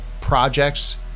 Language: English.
projects